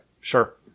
sure